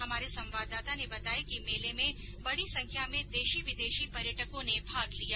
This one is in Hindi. हमारे संवाददाता ने बताया कि मेले में बड़ी संख्या में देशी विदेशी पर्यटको ने भाग लिया